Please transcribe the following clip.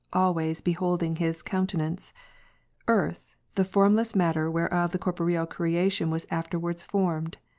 always beholding' his countenance earth, the formless matter whereof the corporeal creation was afterwards formed.